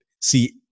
see